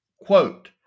quote